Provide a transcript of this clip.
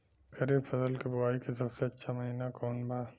खरीफ फसल के बोआई के सबसे अच्छा महिना कौन बा?